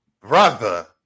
brother